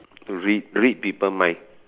read read people mind